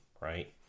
right